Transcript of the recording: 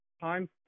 time